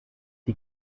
die